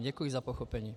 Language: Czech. Děkuji za pochopení.